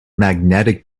magnetic